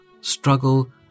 Struggle